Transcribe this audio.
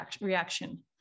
reaction